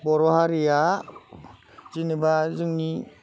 बर' हारिया जेनोबा जोंनि